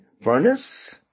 furnace